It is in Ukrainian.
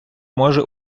може